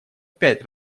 пять